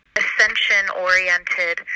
ascension-oriented